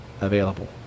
available